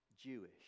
Jewish